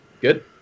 Good